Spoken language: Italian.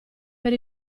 per